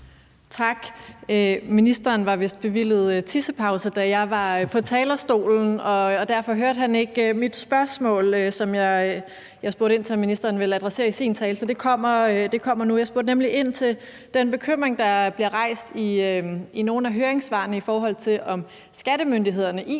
Tak. Ministeren var vist bevilget tissepause, da jeg var på talerstolen, og derfor hørte han ikke mit spørgsmål, hvor jeg spurgte ind til, om ministeren ville adressere det i sin tale, så det kommer nu. Jeg spurgte nemlig ind til den bekymring, der bliver rejst i nogle af høringssvarene, i forhold til om skattemyndighederne